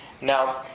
Now